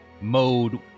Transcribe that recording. mode